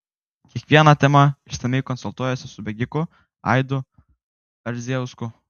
kiekviena tema išsamiai konsultuojuosi su bėgiku aidu ardzijausku